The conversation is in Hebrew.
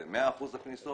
האם זה 100% של הכניסות?